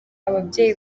ababyeyi